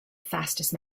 fastest